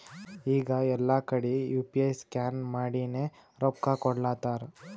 ಈಗ ಎಲ್ಲಾ ಕಡಿ ಯು ಪಿ ಐ ಸ್ಕ್ಯಾನ್ ಮಾಡಿನೇ ರೊಕ್ಕಾ ಕೊಡ್ಲಾತಾರ್